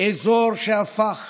אזור שהפך